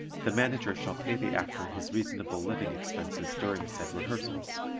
the manager shall pay the actor his reasonable living expenses during said rehearsals,